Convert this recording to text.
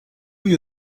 you